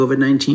COVID-19